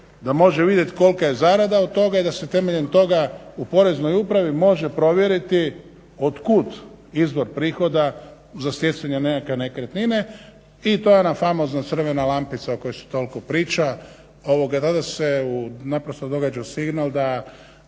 da može vidjeti kolika je zarada od toga i da se temeljem toga u Poreznoj upravi može provjeriti od kud izvor prihoda za stjecanje nekakve nekretnine i to je ona famozna crvena lampica o kojoj se toliko priča. Danas se naprosto događa uz signal da